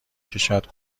کشد